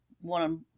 one